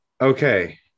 okay